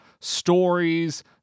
stories